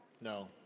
No